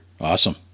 Awesome